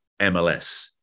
MLS